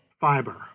fiber